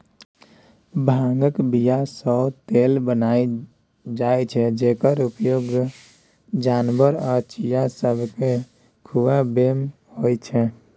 भांगक बीयासँ तेल बनाएल जाइ छै जकर उपयोग जानबर आ चिड़ैं सबकेँ खुआबैमे होइ छै